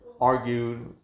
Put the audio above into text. Argued